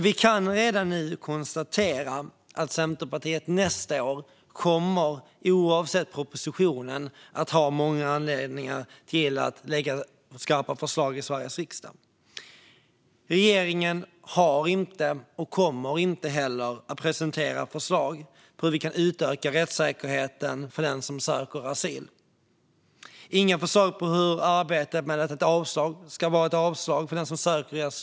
Vi kan redan nu konstatera att Centerpartiet nästa år, oberoende av propositionen, kommer att ha många anledningar att lägga fram skarpa förslag i Sveriges riksdag. Regeringen har inte presenterat och kommer inte heller att presentera förslag på hur vi kan utöka rättssäkerheten för den som söker asyl. Inga förslag om hur ett avslag för den som söker asyl ska vara just ett avslag är heller att vänta.